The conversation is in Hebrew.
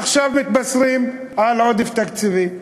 עכשיו מתבשרים על עודף תקציבי.